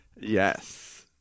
Yes